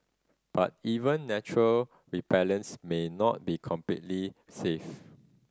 but even natural repellents may not be completely safe